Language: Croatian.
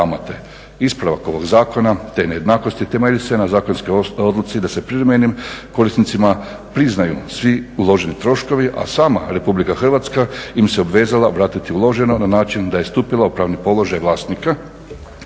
Ispravak ovog zakona te nejednakosti temelji se na zakonskoj odluci da se privremenim korisnicima priznaju svi uloženi troškovi, a sama RH im se obvezala vratiti uloženo na način da je stupila u pravni položaj vlasnika